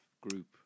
group